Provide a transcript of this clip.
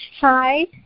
Hi